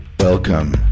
Welcome